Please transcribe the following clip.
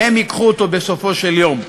והם ייקחו אותו בסופו של דבר.